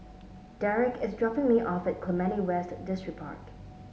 Derek is dropping me off at Clementi West Distripark